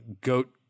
goat